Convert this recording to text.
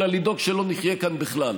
אלא לדאוג שלא נחיה כאן בכלל.